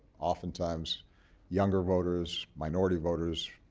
oftentimes younger voters, minority voters,